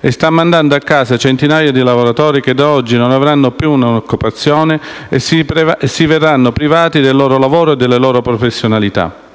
e sta mandando a casa centinaia di lavoratori, che da oggi non avranno più un'occupazione e si vedranno privati del loro lavoro e della loro professionalità.